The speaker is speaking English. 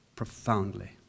profoundly